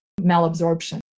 malabsorption